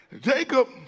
Jacob